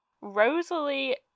Rosalie